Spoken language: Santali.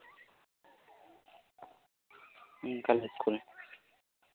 ᱚᱱᱠᱟ ᱞᱮᱠᱟ ᱠᱟᱱᱟ